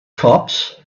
cops